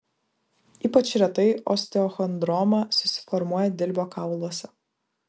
ypač retai osteochondroma susiformuoja dilbio kauluose